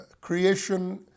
Creation